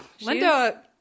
Linda